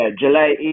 July